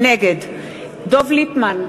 נגד דב ליפמן,